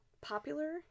popular